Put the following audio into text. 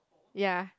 ya